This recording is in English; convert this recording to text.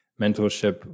mentorship